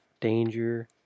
Danger